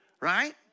Right